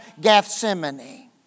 Gethsemane